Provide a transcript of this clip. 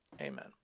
Amen